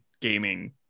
gaming